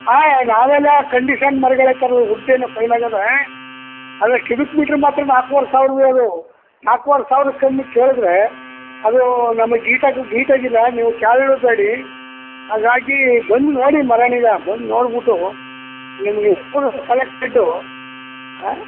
ಹಾಂ ನಾವೆಲ್ಲ ಕಂಡೀಷನ್ ಮರಗಳೇ ತರೋದು ವುಡ್ಡೆನು ಫೈನ್ ಆಗದೆ ಆದರೆ ಕ್ಯೂಬಿಕ್ ಮೀಟ್ರ್ ಮಾತ್ರ ನಾಲ್ಕೂವರೆ ಸಾವಿರ ರೀ ಅದು ನಾಲ್ಕೂವರೆ ಸಾವಿರಕ್ಕೆ ಕಮ್ಮಿ ಕೇಳಿದರೆ ಅದು ನಮ್ಗೆ ಗೀಟಾಗಿ ಗೀಟಾಗಿಲ್ಲ ನೀವು ಕೇಳ್ಲೂ ಬೇಡಿ ಹಾಗಾಗಿ ಬಂದು ನೋಡಿ ಮರನೀಗ ಬಂದು ನೋಡ್ಬಿಟ್ಟು ನಿಮಗೆ ಸೆಲೆಕ್ಟೆಡು ಹಾಂ